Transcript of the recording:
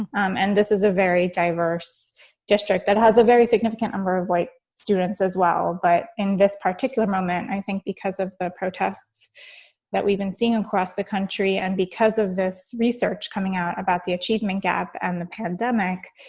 um and this is a very diverse district that has a very significant number of white students as well. but in this particular moment, i think because of the protests that we've been seeing across the country and because of this research coming out about the achievement gap and the pandemic,